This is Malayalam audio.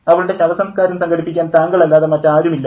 അവളുടെ ശവസംസ്കാരം സംഘടിപ്പിക്കാൻ താങ്കങ്ങളല്ലാതെ മറ്റാരുമില്ല